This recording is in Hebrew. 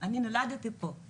היא נולדה פה,